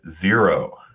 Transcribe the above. Zero